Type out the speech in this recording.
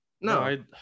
No